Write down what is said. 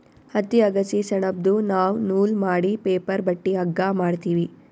ಹತ್ತಿ ಅಗಸಿ ಸೆಣಬ್ದು ನಾವ್ ನೂಲ್ ಮಾಡಿ ಪೇಪರ್ ಬಟ್ಟಿ ಹಗ್ಗಾ ಮಾಡ್ತೀವಿ